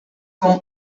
com